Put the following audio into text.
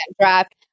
draft